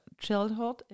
childhood